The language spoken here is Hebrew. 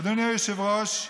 אדוני היושב-ראש,